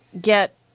get